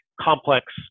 complex